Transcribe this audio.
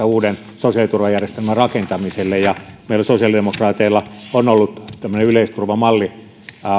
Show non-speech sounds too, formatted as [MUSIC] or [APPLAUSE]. [UNINTELLIGIBLE] uuden sosiaaliturvajärjestelmän rakentamiselle ja meillä sosiaalidemokraateilla on ollut tämmöinen yleisturvamalli